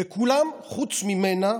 וכולם חוץ ממנה,